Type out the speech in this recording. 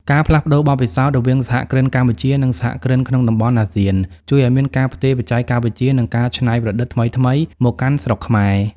ការផ្លាស់ប្តូរបទពិសោធន៍រវាងសហគ្រិនកម្ពុជា និងសហគ្រិនក្នុងតំបន់អាស៊ាន ជួយឱ្យមានការផ្ទេរបច្ចេកវិទ្យា និងការច្នៃប្រឌិតថ្មីៗមកកាន់ស្រុកខ្មែរ។